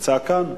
נמצא כאן?